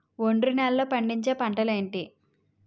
ఒండ్రు నేలలో పండించే పంటలు ఏంటి?